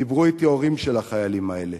דיברו אתי אישית הורים של החיילים האלה.